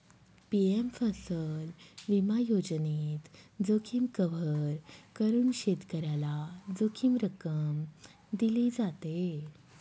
PM फसल विमा योजनेत, जोखीम कव्हर करून शेतकऱ्याला जोखीम रक्कम दिली जाते